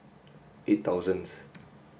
eight thousandth